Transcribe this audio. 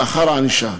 (תיקון מס' 20) (דרכי טיפול לאחר ענישה)